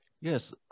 Yes